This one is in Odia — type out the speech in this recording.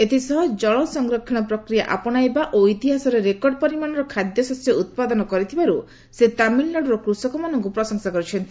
ଏଥିସହ ଜଳ ସଂରକ୍ଷଣ ପ୍ରକ୍ରିୟା ଆପଣାଇବା ଏବଂ ଇତିହାସରେ ରେକର୍ଡ଼ ପରିମାଣର ଖାଦ୍ୟଶସ୍ୟ ଉତ୍ପାଦନ କରିଥିବାରୁ ସେ ତାମିଲ୍ନାଡୁର କୃଷକମାନଙ୍କୁ ପ୍ରଶଂସା କରିଛନ୍ତି